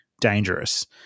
dangerous